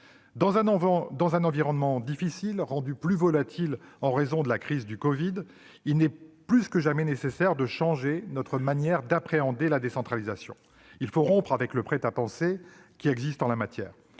Dans un environnement difficile, rendu plus volatil par la crise du Covid-19, il est plus que jamais nécessaire de changer notre manière d'appréhender la décentralisation. Il faut rompre avec le prêt-à-penser en la matière,